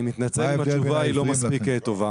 אני מתנצל אם התשובה היא לא מספיק טובה